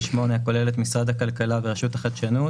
הכולל את משרד הכלכלה ורשות החדשנות,